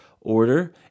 order